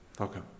Okay